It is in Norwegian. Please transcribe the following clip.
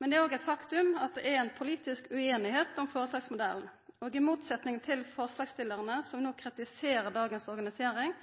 Men det er òg eit faktum at det er ei politisk ueinigheit om føretaksmodellen. I motsetning til forslagsstillarane, som no kritiserer dagens organisering